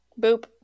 Boop